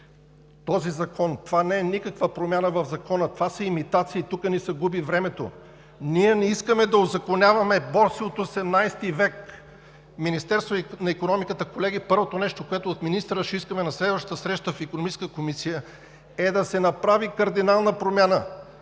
този закон. Това не е никаква промяна в Закона, това си е имитация и тук ни се губи времето. Ние не искаме да узаконяваме борса от XVIII век. Министерството на икономиката – колеги, първото нещо, което ще искаме от министъра на следващата среща в Икономическа комисия, е да се направи кардинална промяна.